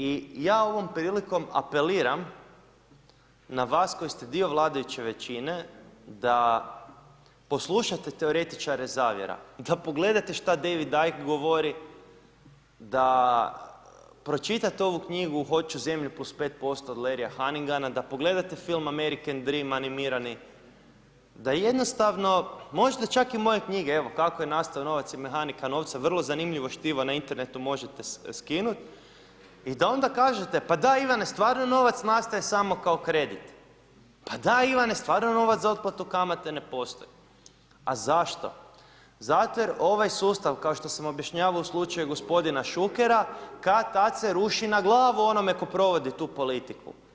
I ja ovom prilikom apeliram na vas koji ste dio vladajuće većine, da poslušate teoretičare zavjera, da pogledate što David Deich govori, da pročitate ovu knjigu Hoću zemlju +5% od Leria Hanginga, da pogledate film American Dream animirani, da jednostavno, možda čak i moje knjige, evo, Kako je nastao novac i mehanika novca, vrlo zanimljivo štivo na internetu možete skinuti i da onda kažete pa da Ivane stvarno je, novac nastaje samo kao kredit, pa Ivane stvarno je, novac za otplatu kamate ne postoji, a zašto, zato jer ovaj sustav kao što sam objašnjavao u slučaju gospodina Šukera kad-tad se ruši na glavu onome ko provodi tu politiku.